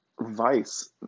Vice